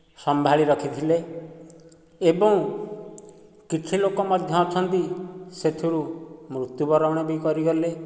ସମ୍ଭାଳି ରଖିଥିଲେ ଏବଂ କିଛି ଲୋକ ମଧ୍ୟ ଅଛନ୍ତି ସେଥିରୁ ମୃତ୍ୟୁବରଣ ବି କରିଗଲେ